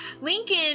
Lincoln